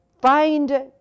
find